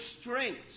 strength